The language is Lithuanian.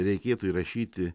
reikėtų įrašyti